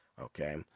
Okay